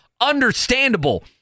Understandable